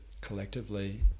collectively